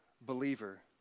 believer